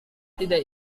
tidak